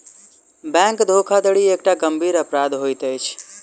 bank धोखाधड़ी एकटा गंभीर अपराध होइत अछि